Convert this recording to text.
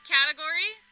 Category